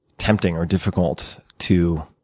tempting or difficult to